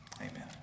Amen